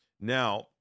Now